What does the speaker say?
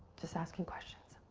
just asking questions.